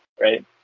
right